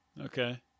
Okay